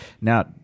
now